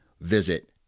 visit